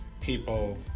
people